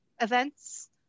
events